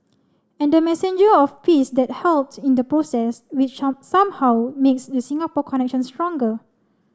and the messenger of peace that helped in the process which up somehow makes the Singapore connection stronger